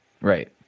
right